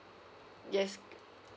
yes